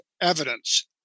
evidence